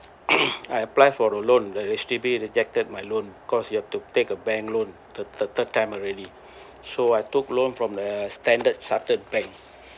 I apply for a loan the H_D_B rejected my loan cause you have to take a bank loan the the third time already so I took loan from the Standard Chartered bank